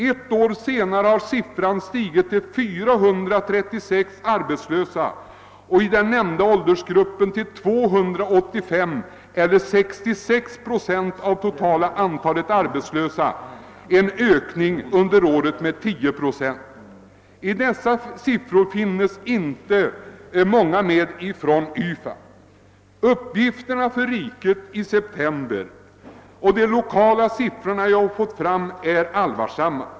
Ett år senare har siffran stigit till 436 arbetslösa, av vilka 285, eller 66 procent av det totala antalet, hör till den nämnda ålders gruppen — en ökning under året med 10 procent. I dessa siffror finns inte många med från YFA. Både uppgifterna för riket i september och de lokala uppgifter jag har fått är allvarliga.